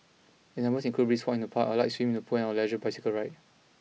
examples include Brisk walks in the park a light swim in the pool or a leisurely bicycle ride